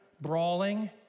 brawling